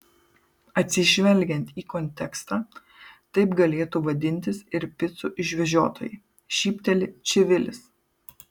atsižvelgiant į kontekstą taip galėtų vadintis ir picų išvežiotojai šypteli čivilis